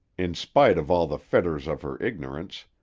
in spite of all the fetters of her ignorance,